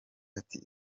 ati